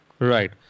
Right